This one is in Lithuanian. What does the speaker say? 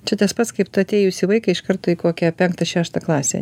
čia tas pats kaip tu atėjusį vaiką iš karto į kokią penktą šeštą klasę